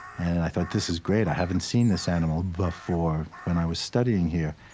and i thought, this is great. i haven't seen this animal before when i was studying here.